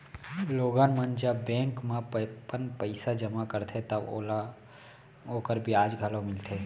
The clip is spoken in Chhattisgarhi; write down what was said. लोगन मन जब बेंक म अपन पइसा जमा करथे तव ओमन ल ओकर बियाज घलौ मिलथे